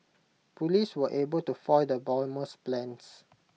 Police were able to foil the bomber's plans